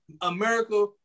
America